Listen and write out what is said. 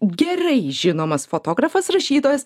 gerai žinomas fotografas rašytojas